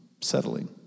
settling